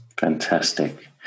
Fantastic